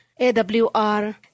AWR